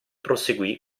proseguì